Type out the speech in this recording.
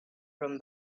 from